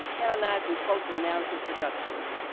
canonizing cultural narrative productions.